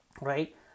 right